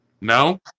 No